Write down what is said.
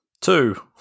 two